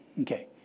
okay